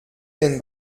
denn